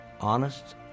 honest